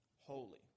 holy